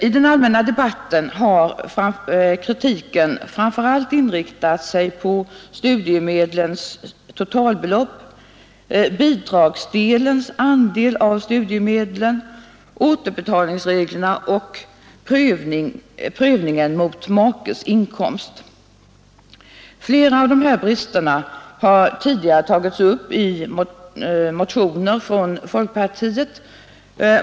I den allmänna debatten har kritiken framför allt inriktat sig på studiemedlens totalbelopp, bidragsdelens storlek, återbetalningsreglerna och prövningen mot makes inkomst. Flera av dessa brister har tidigare tagits.upp motionsvägen av folkpartiet.